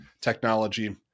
technology